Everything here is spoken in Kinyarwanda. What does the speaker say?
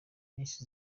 miss